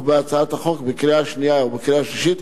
2011, לקריאה השנייה ולקריאה השלישית.